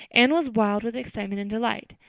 anne was wild with excitement and delight.